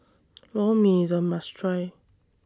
Lor Mee IS A must Try